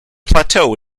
plateau